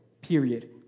period